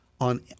on